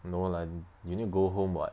no lah you need go home [what]